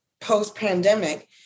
post-pandemic